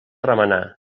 remenar